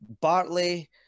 Bartley